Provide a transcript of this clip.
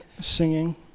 singing